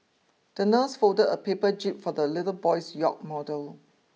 the nurse folded a paper jib for the little boy's yacht model